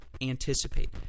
anticipate